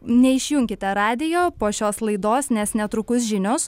neišjunkite radijo po šios laidos nes netrukus žinios